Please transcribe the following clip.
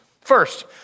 First